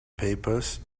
papers